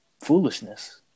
foolishness